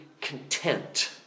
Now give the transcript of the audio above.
content